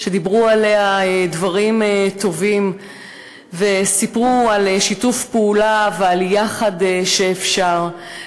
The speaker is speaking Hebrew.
שדיברו עליה דברים טובים וסיפרו על שיתוף פעולה ועל יחד שאפשר.